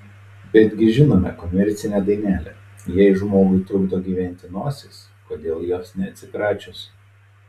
betgi žinome komercinę dainelę jei žmogui trukdo gyventi nosis kodėl jos neatsikračius